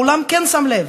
העולם כן שם לב,